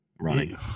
running